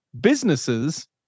businesses